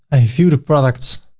i view the products